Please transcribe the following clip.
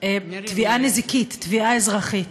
תביעה נזיקית, תביעה אזרחית.